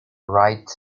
right